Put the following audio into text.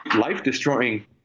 life-destroying